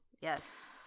Yes